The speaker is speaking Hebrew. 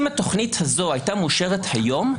אם התוכנית הזו הייתה מאושרת היום,